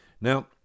Now